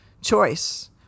choice